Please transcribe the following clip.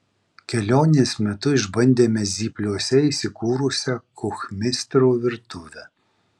kelionės metu išbandėme zypliuose įsikūrusių kuchmistrų virtuvę